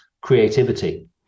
creativity